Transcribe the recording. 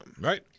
Right